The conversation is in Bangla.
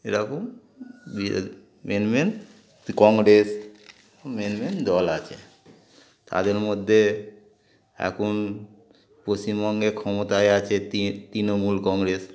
এরকম main main Congress main main দল আছে তাদের মধ্যে এখন পশ্চিমবঙ্গে ক্ষমতায় আছে তৃণমূল কংগ্রেস